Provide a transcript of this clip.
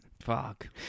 Fuck